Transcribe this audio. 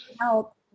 help